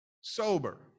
sober